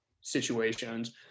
situations